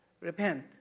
repent